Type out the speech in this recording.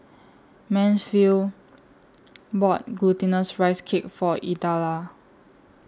Mansfield bought Glutinous Rice Cake For Idella